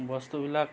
বস্তুবিলাক